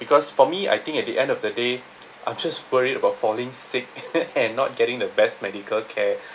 because for me I think at the end of the day I'm just worried about falling sick and not getting the best medical care